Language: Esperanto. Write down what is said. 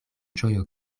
ĝojo